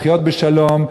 לחיות בשלום,